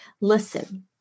listen